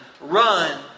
Run